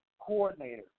coordinator